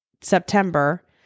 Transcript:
September